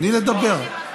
תני לדבר.